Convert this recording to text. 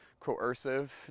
coercive